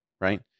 right